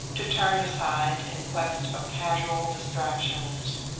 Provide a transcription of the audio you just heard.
to turn aside in quest of casual distractions.